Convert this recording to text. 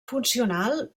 funcional